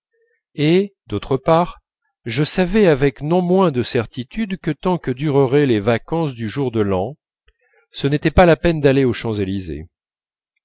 et d'autre part je savais avec non moins de certitude que tant que dureraient les vacances du jour de l'an ce n'était pas la peine d'aller aux champs-élysées